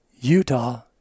Utah